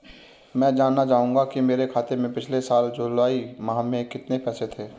मैं जानना चाहूंगा कि मेरे खाते में पिछले साल जुलाई माह में कितने पैसे थे?